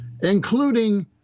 including